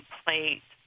plate